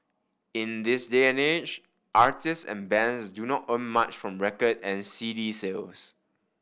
in this day and age artists and bands do not earn much from record and C D sales